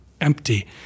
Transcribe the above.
empty